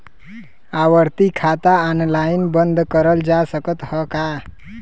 आवर्ती खाता ऑनलाइन बन्द करल जा सकत ह का?